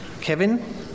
Kevin